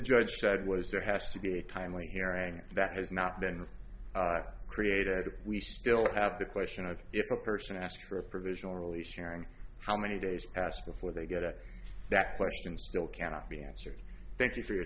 judge said was there has to be a time when hearing that has not been created we still have the question of if a person asked for a provisional release sharing how many days passed before they get to that question still cannot be answered thank you for your